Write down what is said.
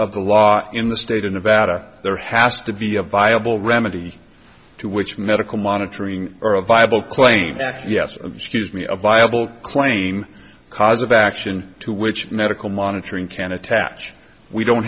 of the law in the state of nevada there has to be a viable remedy to which medical monitoring or a viable claim back yes of excuse me a viable claim cause of action to which medical monitoring can attach we don't